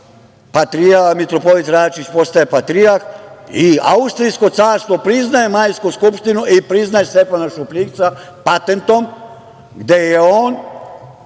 vojvoda, mitropolit Rajačić postaje patrijarh i austrijsko carstvo priznaje Majsku skupštinu i priznaje Stefana Šupljikca patentnom, gde je on